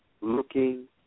Looking